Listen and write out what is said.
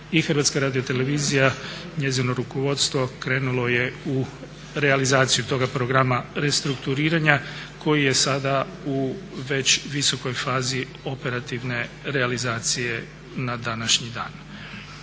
i prihvatila i HRT, njezino rukovodstvo krenulo je u realizaciju toga programa restrukturiranja koji je sada u već visokoj fazi operativne realizacije na današnji dan.